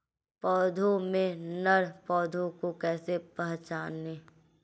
पौधों में नर पौधे को कैसे पहचानें?